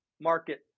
market